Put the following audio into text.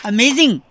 Amazing